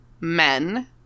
men